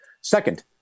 Second